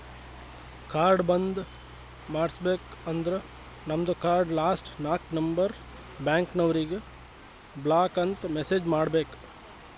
card ಬಂದ್ ಮಾಡುಸ್ಬೇಕ ಅಂದುರ್ ನಮ್ದು ಕಾರ್ಡ್ ಲಾಸ್ಟ್ ನಾಕ್ ನಂಬರ್ ಬ್ಯಾಂಕ್ನವರಿಗ್ ಬ್ಲಾಕ್ ಅಂತ್ ಮೆಸೇಜ್ ಮಾಡ್ಬೇಕ್